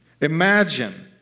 Imagine